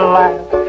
laugh